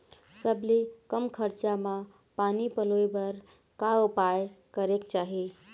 सबले कम खरचा मा पानी पलोए बर का उपाय करेक चाही?